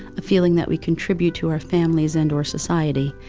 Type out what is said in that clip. a feeling that we contribute to our families and or society,